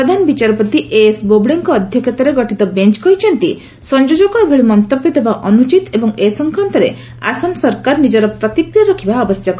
ପ୍ରଧାନ ବିଚାରପତି ଏଏସ୍ ବୋବଡେଙ୍କ ଅଧ୍ୟକ୍ଷତାରେ ଗଠିତ ବେଞ୍ଚ କହିଛନ୍ତି ସଂଯୋଜକ ଏଭଳି ମନ୍ତବ୍ୟ ଦେବା ଅନୁଚିତ ଏବଂ ଏ ସଂକ୍ରାନ୍ତରେ ଆସାମ ସରକାର ନିଜର ପ୍ରତିକ୍ରିୟା ରଖିବା ଆବଶ୍ୟକ